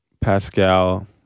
Pascal